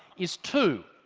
is two